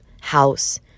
house